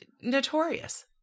notorious